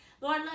Lord